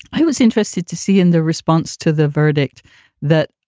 i was interested to see in the response to the verdict that,